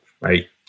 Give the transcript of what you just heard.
Right